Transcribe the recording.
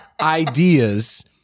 ideas